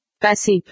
passive